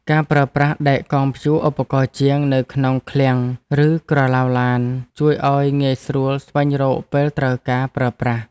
ការប្រើប្រាស់ដែកកងព្យួរឧបករណ៍ជាងនៅក្នុងឃ្លាំងឬក្រឡៅឡានជួយឱ្យងាយស្រួលស្វែងរកពេលត្រូវការប្រើប្រាស់។